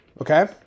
okay